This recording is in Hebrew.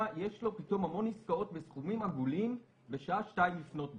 יש לו פתאום המון עסקאות בסכומים עגולים בשעה 02:00 לפנות בוקר,